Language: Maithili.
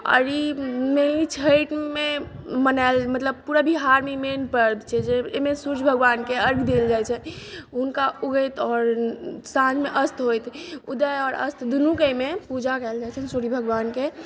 आओर ईमे छठिमे मनाएल मतलब पूरा बिहारमे ई मेन पर्व छै जे एहिमे सूर्य भगवानके अर्घ्य देल जाइत छनि हुनका उगैत आओर साँझमे अस्त होइत उदय आओर अस्त दुनूके एहिमे पूजा कएल जाइत छनि सुर्य भगवानके